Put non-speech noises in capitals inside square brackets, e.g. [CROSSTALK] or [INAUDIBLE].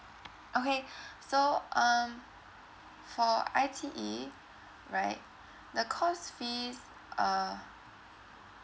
okay [BREATH] so um for I_T_E right the course fees uh